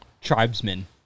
tribesmen